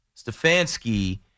Stefanski